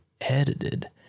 edited